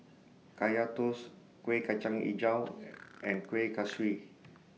Kaya Toast Kueh Kacang Hijau and Kuih Kaswi